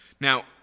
Now